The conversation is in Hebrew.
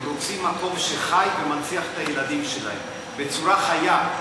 הם רוצים מקום שחי ומנציח את הילדים שלהם בצורה חיה.